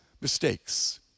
mistakes